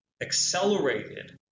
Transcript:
accelerated